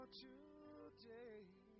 today